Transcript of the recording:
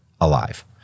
alive